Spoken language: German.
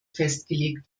festgelegt